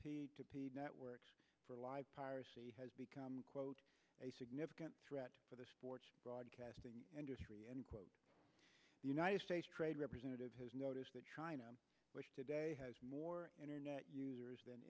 networks for live piracy has become quote a significant threat for the sports broadcasting industry and the united states trade representative has noticed that china which today has more internet users than